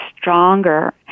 stronger